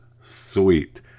sweet